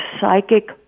psychic